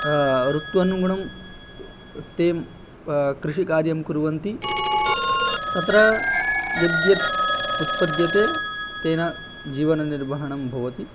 ऋत्वनुगुणं ते कृषिकार्यं कुर्वन्ति तत्र यद्यद् उत्पद्यते तेन जीवननिर्वहणं भवति